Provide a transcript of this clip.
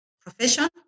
profession